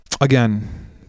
again